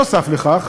נוסף על כך,